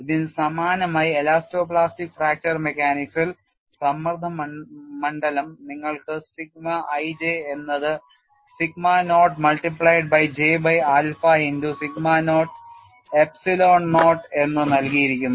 ഇതിനു സമാനമായി elasto plastic fracture mechanics ഇൽ സമ്മർദ്ദമണ്ഡലം നിങ്ങൾക്ക് സിഗ്മ ij എന്നത് sigma naught multiplied by J by alpha into sigma naught epsilon naught എന്ന് നൽകിയിരിക്കുന്നു